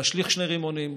להשליך שני רימונים,